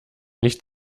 nicht